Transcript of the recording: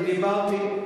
אני דיברתי,